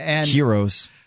Heroes